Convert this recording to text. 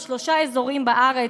של שלושה אזורים בארץ,